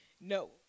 no